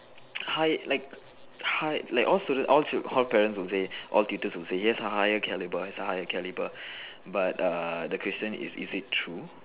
high like high like all studen~ all chil~ all parents would say all tutors would say yes ah higher caliber it's a higher caliber but the question is is it true